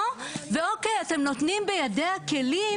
קצר, ואיזה קשיים אנחנו רואים